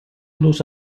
los